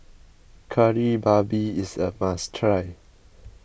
Kari Babi is a must try